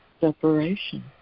separation